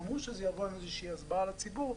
אמרו שזה יבוא עם איזה הסברה לציבור,